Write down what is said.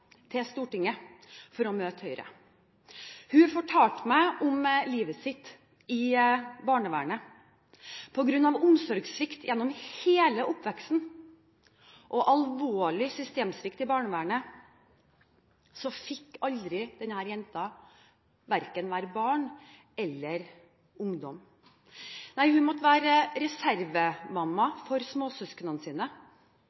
til Stortinget for å møte Høyre. Hun fortalte meg om livet sitt med barnevernet. På grunn av omsorgssvikt gjennom hele oppveksten og alvorlig systemsvikt i barnevernet fikk aldri denne jenta være verken barn eller ungdom. Nei, hun måtte være reservemamma